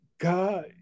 God